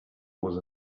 was